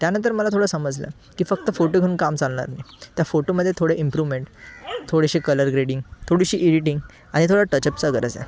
त्यानंतर मला थोडं समजलं की फक्त फोटो घिऊन काम चालणार नाही त्या फोटोमध्ये थोडे इम्प्रूव्हमेंट थोडेसे कलर ग्रेडिंग थोडीशी एडिटिंग आणि थोडं टचअपचं गरज आहे